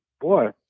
boy